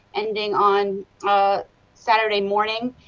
ending on ah saturday morning.